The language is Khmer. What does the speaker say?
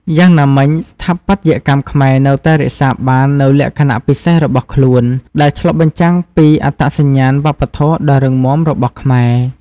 យ៉ាងណាមិញ ស្ថាបត្យកម្មខ្មែរនៅតែរក្សាបាននូវលក្ខណៈពិសេសរបស់ខ្លួន ដែលឆ្លុះបញ្ចាំងពីអត្តសញ្ញាណវប្បធម៌ដ៏រឹងមាំរបស់ខ្មែរ។